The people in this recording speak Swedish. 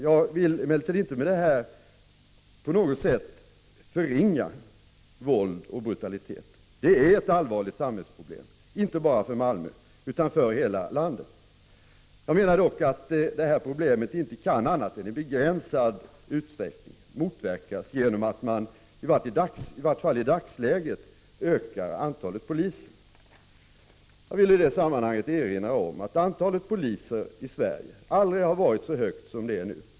Jag vill emellertid inte på något sätt förringa våld och brutalitet. Det är ett allvarligt samhällsproblem, inte bara för Malmö, utan för hela landet. Detta problem kan dock inte annat än i begränsad utsträckning motverkas genom att man i dagsläget ökar antalet poliser. Jag villi detta sammanhang erinra om att antalet poliser i Sverige aldrig har varit så högt som nu.